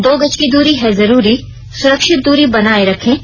दो गज की दूरी है जरूरी सुरक्षित दूरी बनाए रखें